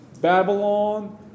Babylon